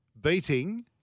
beating